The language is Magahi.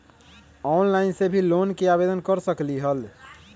ऑनलाइन से भी लोन के आवेदन कर सकलीहल?